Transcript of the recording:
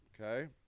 okay